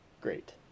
great